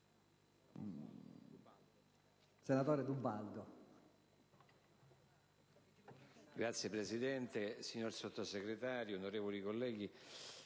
senatore D'Ubaldo.